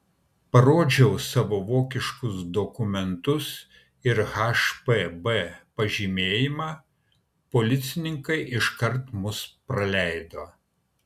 parodžiau savo vokiškus dokumentus ir hpb pažymėjimą policininkai iškart mus praleido